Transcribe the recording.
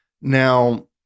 Now